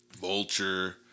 Vulture